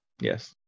Yes